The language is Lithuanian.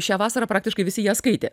šią vasarą praktiškai visi ją skaitė